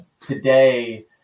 today